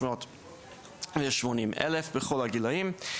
380,000 בכל הגילאים.